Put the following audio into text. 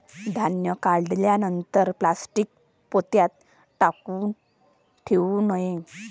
धान्य काढल्यानंतर प्लॅस्टीक पोत्यात काऊन ठेवू नये?